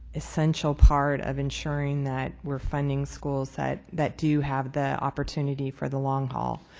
essential part of ensuring that we're funding schools that that do have the opportunity for the long haul.